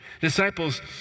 Disciples